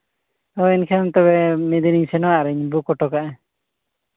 ᱢᱟ ᱮᱱᱠᱷᱟᱱ ᱢᱤᱫ ᱫᱤᱱ ᱤᱧ ᱥᱮᱱᱚᱜᱼᱟ ᱟᱨᱤᱧ ᱵᱩᱠ ᱦᱚᱴᱚ ᱠᱟᱜᱼᱟ